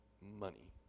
money